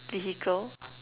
vehicle